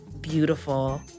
beautiful